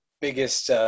biggest